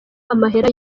amahera